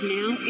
now